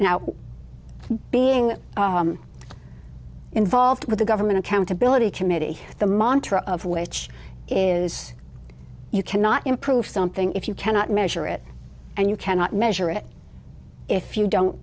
now being involved with the government accountability committee the montra of which is you cannot improve something if you cannot measure it and you cannot measure it if you don't